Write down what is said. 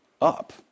up